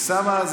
אוסאמה,